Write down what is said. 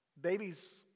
babies